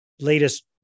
latest